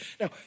Now